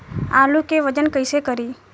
आलू के वजन कैसे करी?